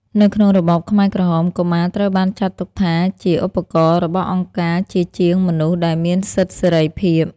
នៅក្នុងរបបខ្មែរក្រហម កុមារត្រូវបានចាត់ទុកថាជា «ឧបករណ៍» របស់អង្គការ ជាជាងមនុស្សដែលមានសិទ្ធិសេរីភាព។